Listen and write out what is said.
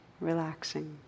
relaxing